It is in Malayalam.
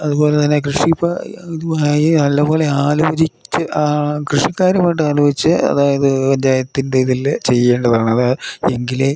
അതുപോലെതന്നെ കൃഷി ഇപ്പോൾ ഇതുമായി നല്ലപോലെ ആലോചിച്ച് ആ കൃഷിക്കാരുമായിട്ട് ആലോചിച്ച് അതായത് പഞ്ചായത്തിൻ്റെ ഇതിൽ ചെയ്യേണ്ടതാണത് എങ്കിലേ